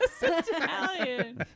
Italian